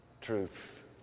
Truth